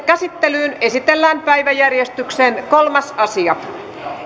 käsittelyyn esitellään päiväjärjestyksen kolmas asia